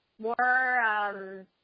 More